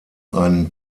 einen